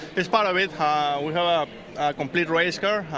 as part of it ah we have a complete race car.